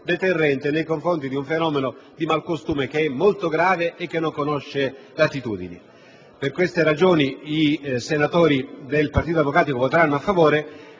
deterrente nei confronti di un fenomeno di malcostume che è molto grave e che non conosce latitudini. Per queste ragioni i senatori del Partito Democratico voteranno a favore.